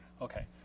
Okay